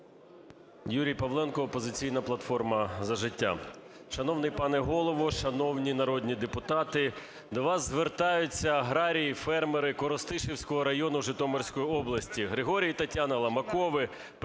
Юрій Павленко, "Опозиційна платформа - За життя"